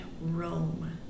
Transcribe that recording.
Rome